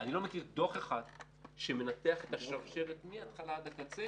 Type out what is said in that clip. אני לא מכיר דוח אחד שמנתח את השרשרת מהתחלה ועד הקצה